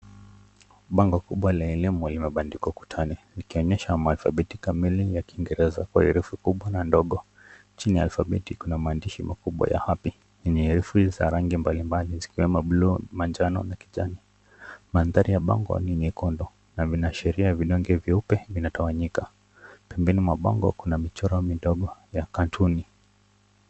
Bango kubwa la elimu limebandikwa ukutani, likionyesha alfabeti kamili ya kiingereza kwa herufi kubwa na ndogo. Chini ya alfabeti kuna maandishi makubwa ya happy yenye herufi za rangi mbali mbali zikiwemo bluu, manjano na kijani. Maandhari ya bango ni nyekundu na vinaashiria vidonge veupe vinatawanyika. Pembeni mwa bango kuna michoro midogo ya katuni.